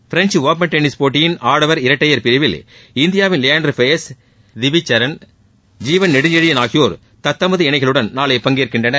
French open tennis போட்டியின் ஆடவர் இரட்டையர் பிரிவில் இந்தியாவின் லியாண்டர் பெயஸ் திவிச்சரன் ஜீவன் நெடுஞ்செழியன் ஆகியோர் தத்தமது இணைகளுடன் நாளை பங்கேற்கின்றனர்